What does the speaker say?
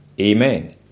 Amen